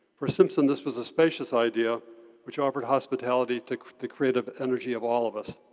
for simpson, this was a spacious idea which offered hospitality to the creative energy of all of us.